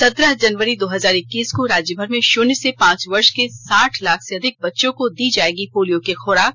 सत्रह जनवरी दो हजार इक्कीस को राज्य भर में शुन्य से पांच वर्ष के साठ लाख से अधिक से बच्चों को दी जायेगी पोलियो की खुराक